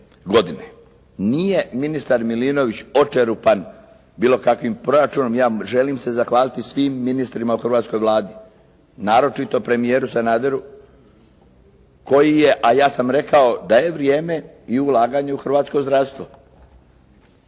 Nije ministar Milinović očerupan bilo kakvim proračunom. Ja želim se zahvaliti svim ministrima u hrvatskoj Vladi, naročito premijeru Sanaderu koji je a ja sam rekao da je vrijeme i ulaganja u hrvatsko zdravstvo.